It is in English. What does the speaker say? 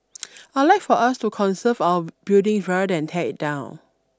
I'd like for us to conserve our buildings rather than tear it down